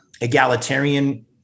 egalitarian